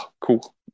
cool